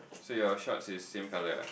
so your shorts is same colour ah